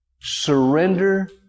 surrender